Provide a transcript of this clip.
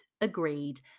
agreed